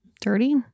dirty